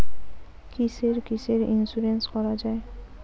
কিসের কিসের ইন্সুরেন্স করা যায়?